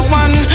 one